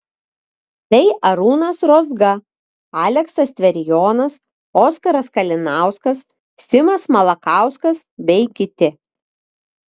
tai arūnas rozga aleksas tverijonas oskaras kalinauskas simas malakauskas bei kiti